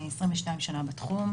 אני 22 שנה בתחום.